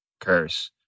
curse